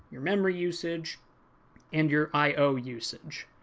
your memory usage and your i o usage.